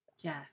Yes